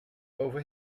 over